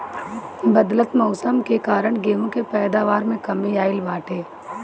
बदलत मौसम के कारण गेंहू के पैदावार में कमी आइल बाटे